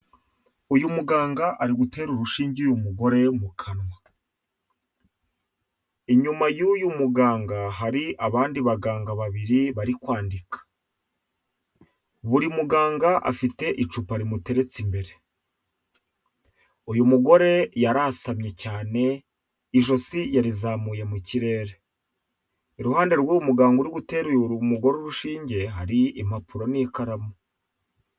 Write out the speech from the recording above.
Uyu muganga ari gutera urushinge uyu mugore mu kanwa, inyuma y'uyu muganga hari abandi baganga babiri barikwandika. Buri muganga afite icupa rimuteretse imbere, uyu ugore yarasamye cyane, ijosi yarizamuye mu kirere, iruhande rw'uyu muganga uri gutera uyu mugore urushinge, hari impapuro n'ikaramu.